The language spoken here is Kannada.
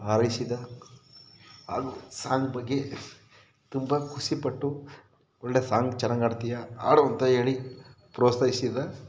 ಹಾರೈಸಿದ ಹಾಗೂ ಸಾಂಗ್ ಬಗ್ಗೆ ತುಂಬ ಖುಷಿ ಪಟ್ಟು ಒಳ್ಳೆ ಸಾಂಗ್ ಚೆನ್ನಾಗಿ ಆಡ್ತೀಯ ಆಡು ಅಂತ ಹೇಳಿ ಪ್ರೋತ್ಸಾಹಿಸಿದ